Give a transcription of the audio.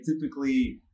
typically